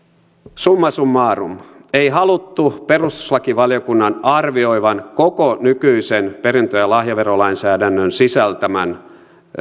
summa summarum ei haluttu perustuslakivaliokunnan arvioivan koko nykyisen perintö ja lahjaverolainsäädännön sisältämän